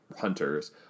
Hunters